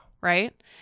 Right